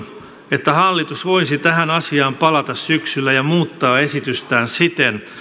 että hallitus voisi tähän asiaan palata syksyllä ja muuttaa esitystään siten